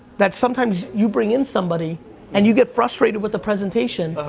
that sometimes you bring in somebody and you get frustrated with the presentation,